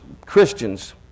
Christians